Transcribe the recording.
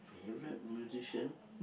even musician